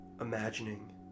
imagining